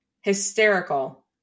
hysterical